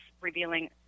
revealing